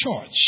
church